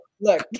look